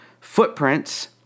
footprints